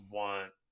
want